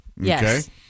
Yes